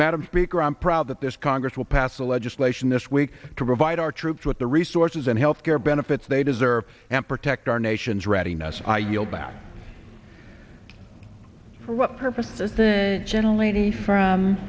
madam speaker i'm proud that this congress will pass a legislation this week to provide our troops with the resources and health care benefits they deserve and protect our nation's readiness i yield back for what purposes the gentle eighty from